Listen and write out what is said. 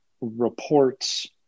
reports